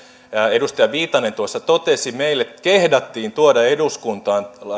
edustaja viitanen tuossa totesi meille kehdattiin tuoda eduskuntaan